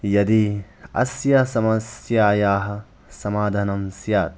यदि अस्य समस्यायाः समाधानं स्यात्